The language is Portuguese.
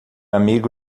amigo